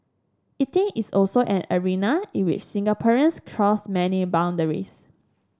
eating is also an arena in which Singaporeans cross many boundaries